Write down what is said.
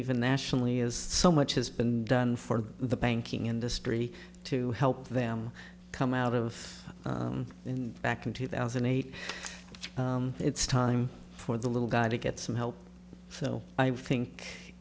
even nationally is so much has been done for the banking industry to help them come out of back in two thousand and eight it's time for the little guy to get some help so i think